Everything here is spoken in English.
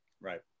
Right